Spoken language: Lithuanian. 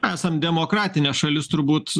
esam demokratinė šalis turbūt